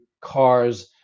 cars